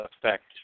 affect